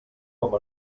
com